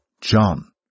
John